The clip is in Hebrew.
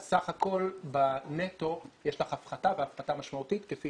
סך הכול בנטו יש לך הפחתה והפחתה משמעותית כפי